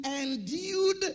endued